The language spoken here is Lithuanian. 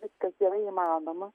viskas yra įmanoma